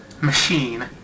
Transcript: machine